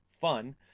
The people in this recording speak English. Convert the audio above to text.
fun